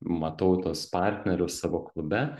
matau tuos partnerius savo klube